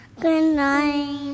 Goodnight